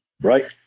Right